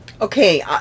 Okay